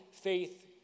faith